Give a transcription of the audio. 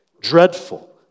dreadful